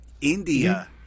India